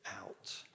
out